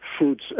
foods